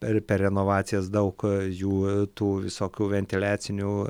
per per renovacijas daug jų tų visokių ventiliacinių